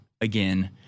again